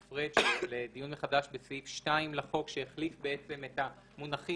פריג' לדיון מחדש בסעיף 2 לחוק שהחליף בעצם את המונחים